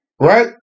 right